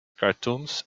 cartoons